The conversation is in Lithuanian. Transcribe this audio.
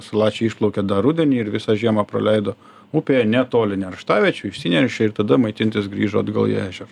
salačiai išplaukė dar rudenį ir visą žiemą praleido upėje netoli nerštaviečių išsinešė ir tada maitintis grįžo atgal į ežerą